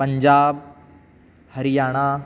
Punjab Haryana